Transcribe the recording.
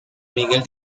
miguel